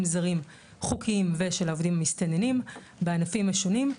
זרים חוקיים ושל העובדים המסתננים בענפים השונים.